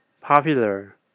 popular